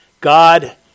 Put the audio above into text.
God